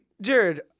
Jared